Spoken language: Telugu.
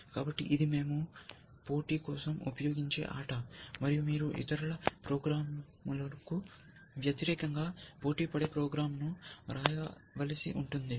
కాబట్టి ఇది మేము పోటీ కోసం ఉపయోగించే ఆట మరియు మీరు ఇతరుల ప్రోగ్రామ్లకు వ్యతిరేకంగా పోటీపడే ప్రోగ్రామ్ను వ్రాయవలసి ఉంటుంది